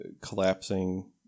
collapsing